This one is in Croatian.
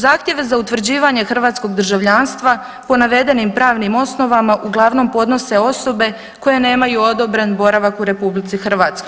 Zahtjeve za utvrđivanje hrvatskog državljanstva po navedenim pravnim osnovama uglavnom podnose osobe koje nemaju odobren boravak u RH.